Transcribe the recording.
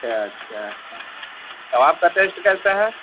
اچھا اچھا اچھا کباب کا ٹیسٹ کیسا ہے